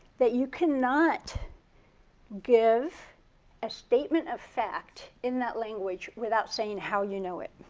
that you cannot give a statement of fact in that language without saying how you know it.